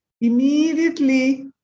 immediately